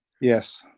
Yes